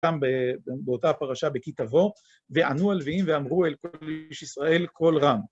כאן באותה הפרשה בכתבו, וענו הלויים ואמרו אל כל איש ישראל, כל רם.